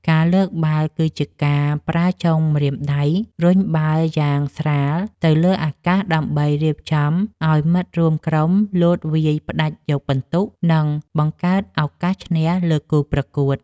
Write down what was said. ការលើកបាល់គឺជាការប្រើចុងម្រាមដៃរុញបាល់យ៉ាងស្រាលទៅលើអាកាសដើម្បីរៀបចំឱ្យមិត្តរួមក្រុមលោតវាយផ្ដាច់យកពិន្ទុ និង បង្កើតឱកាសឈ្នះលើគូប្រកួត។